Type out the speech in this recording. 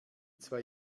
zwei